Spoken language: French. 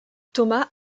thomas